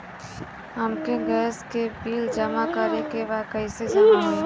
हमके गैस के बिल जमा करे के बा कैसे जमा होई?